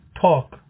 talk